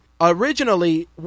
Originally